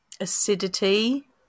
acidity